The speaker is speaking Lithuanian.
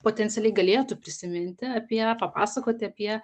potencialiai galėtų prisiminti apie papasakoti apie